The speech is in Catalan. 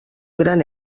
gran